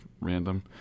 random